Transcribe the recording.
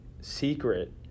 secret